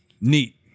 neat